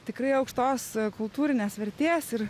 tikrai aukštos kultūrinės vertės ir